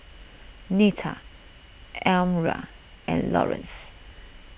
Nita Almyra and Laurence